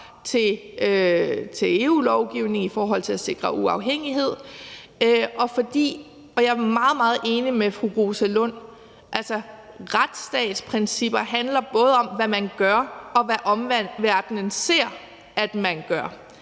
til EU-lovgivningen i forhold til at sikre uafhængighed, og fordi – og der er jeg meget, meget enig med fru Rosa Lund – retsstatsprincipper både handler om, hvad man gør, og hvad omverdenen ser at man gør.